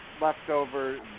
leftover